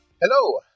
Hello